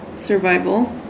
Survival